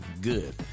good